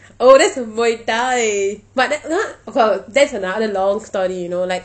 oh that's a muay thai but that okay that's another long story you know like